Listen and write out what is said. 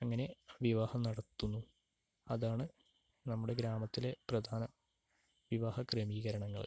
അങ്ങനെ വിവാഹം നടത്തുന്നു അതാണ് നമ്മുടെ ഗ്രാമത്തിലെ പ്രധാന വിവാഹ ക്രമീകരണങ്ങൾ